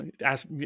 ask